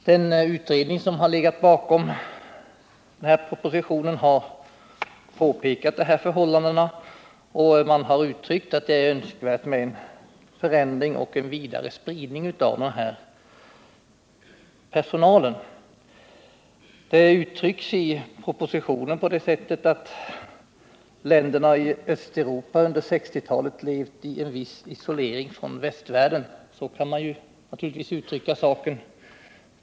Den utredning som har legat bakom propositionen har framhållit dessa förhållanden, och man har uttalat att det är önskvärt med en förändring och en vidare spridning av den personal det här gäller. Detta uttrycks i propositionen så, att länderna i Östeuropa under 1960-talet levt i en viss isolering från västvärlden. Så kan man naturligtvis uttrycka saken.